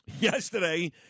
Yesterday